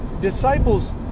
disciples